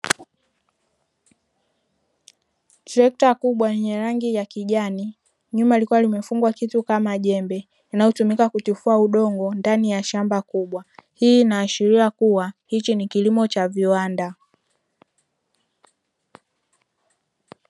Trekta kubwa lenye rangi ya kijani, nyuma likiwa limefungwa kitu kama jembe; linalotumika kutifua udongo ndani ya shamba kubwa. Hii inaashiria kuwa hichi ni kilimo cha viwanda.